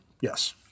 yes